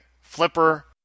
flipper